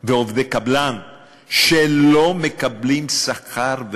ועובדי קבלן שלא מקבלים שכר.